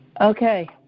okay